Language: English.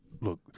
Look